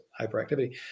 hyperactivity